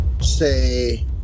say